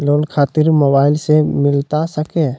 Loan खातिर mobile से मिलता सके?